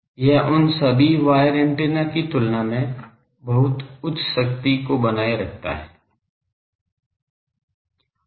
यह उन सभी वायर एंटेना की तुलना में बहुत उच्च शक्ति को बनाए रख सकता है